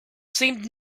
seemed